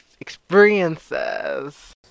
experiences